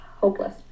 hopeless